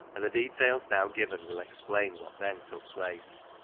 and the details now given will explain what then took place.